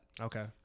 Okay